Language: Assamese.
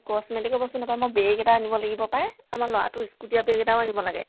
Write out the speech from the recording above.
কস্মেটিকৰ বস্তু নাপায় মই বেগ এটা আনিব লাগিব পায় আমাৰ ল'ৰাটোৰ স্কুল নিয়া বেগ এটাও আনিব লাগে